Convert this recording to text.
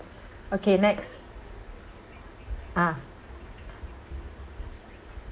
okay next uh